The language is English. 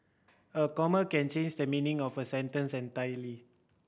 a comma can change the meaning of a sentence entirely